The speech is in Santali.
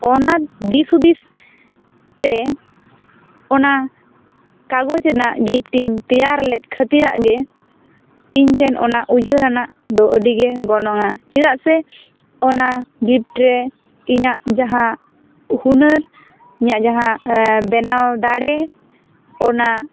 ᱚᱱᱟ ᱫᱤᱥ ᱦᱩᱫᱤᱥ ᱛᱮ ᱚᱱᱟ ᱠᱟᱜᱚᱡᱽ ᱨᱮᱱᱟᱜ ᱜᱤᱯᱴ ᱤᱧ ᱛᱮᱭᱟᱨ ᱞᱮᱫ ᱠᱷᱟᱹᱛᱤᱨᱟᱜ ᱜᱮ ᱤᱧ ᱴᱷᱮᱱ ᱚᱱᱟ ᱩᱭᱦᱟᱹᱨ ᱟᱱᱟᱜ ᱫᱚ ᱟᱹᱰᱤ ᱜᱮ ᱜᱚᱱᱚᱝᱼᱟ ᱪᱮᱫᱟᱜ ᱥᱮ ᱚᱱᱟ ᱜᱤᱯᱴ ᱨᱮ ᱤᱧᱟᱹᱜ ᱡᱟᱦᱟᱸ ᱦᱩᱱᱟᱹᱨ ᱤᱧᱟᱹᱜ ᱡᱟᱦᱟᱸ ᱦᱩᱱᱟᱹᱨ ᱵᱮᱱᱟᱣ ᱫᱟᱲᱮ ᱚᱱᱟ